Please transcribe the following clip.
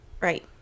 Right